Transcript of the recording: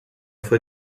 fue